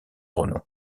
renom